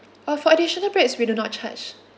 uh for additional beds we do not charge